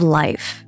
life